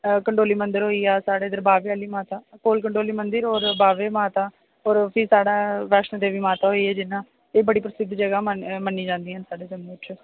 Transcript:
हां कंडोली मंदिर होई गेई साढे इदर बाह्वे आह्ली माता कोल कंडोली मंदिर होर बाह्वे माता होर फ्ही साढ़े वैष्णो देवी माता होई गेई जियां एह् बड़ी प्रसिद्ध जगह मन्नियां जंदियां न